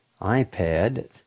ipad